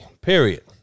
period